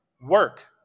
work